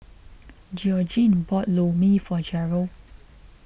Georgene bought Lor Mee for Gerold